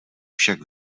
však